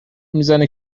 میزنه